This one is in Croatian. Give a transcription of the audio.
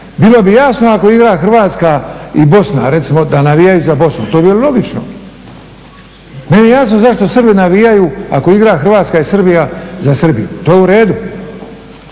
Bilo bi jasno kao igra Hrvatska i Bosna, da recimo navijaju za Bosnu to bi bilo logično. Meni je jasno zašto Srbi navijaju ako igra Hrvatska i Srbija za Srbiju, to je u redu,